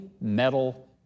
metal